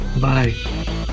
Bye